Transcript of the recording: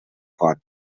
fort